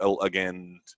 again